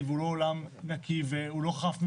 והוא לא עולם נקי והוא לא חף מבעיות.